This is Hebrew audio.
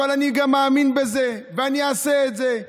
אבל אני גם מאמין בזה, ואני אעשה את זה,